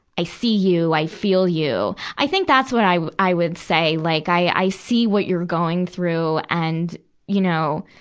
i see you. i feel you. i think that's what i wou, i would say. like, i see what you're going through, and you know,